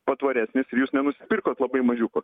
patvaresnis ir jūs nenusipirkot labai mažiuko